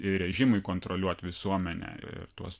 ir režimui kontroliuot visuomenę ir tuos